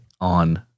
on